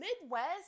midwest